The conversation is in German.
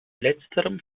letzterem